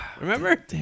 Remember